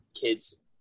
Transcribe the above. kids